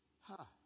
Ha